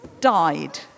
died